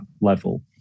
level